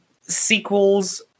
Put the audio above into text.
sequels